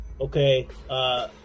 Okay